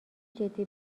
جدی